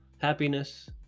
happiness